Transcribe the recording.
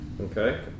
okay